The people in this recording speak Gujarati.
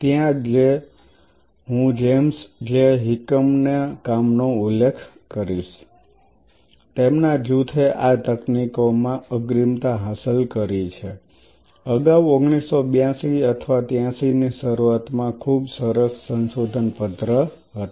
ત્યાં હું જેમ્સ જે હિકમેનના કામ નો ઉલ્લેખ કરીશ તેમના જૂથે આ તકનીકોમાં અગ્રીમતા હાંસલ કરી છે અગાઉ 1982 અથવા 83 ની શરૂઆતમાં ખૂબ સરસ સંશોધન પત્ર હતા